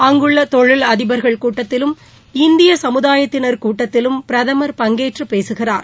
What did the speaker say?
அங்குள்ள தொழிலதிபா்கள் கூட்டத்திலும் இந்திய சமுதாயத்தினா் கூட்டத்திலும் பிரதமா் பங்கேற்று பேசுகிறார்